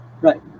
Right